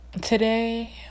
Today